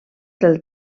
del